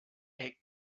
est